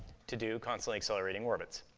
to do constantly accelerating orbits.